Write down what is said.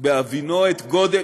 על כך, בהבינו את גודל,